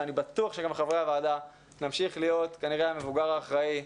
ואני בטוח שגם חברי הוועדה נמשיך להיות כנראה המבוגר האחראי.